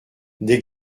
des